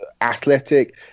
athletic